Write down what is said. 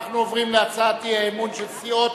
אנחנו עוברים להצעת האי-האמון של סיעות